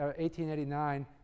1889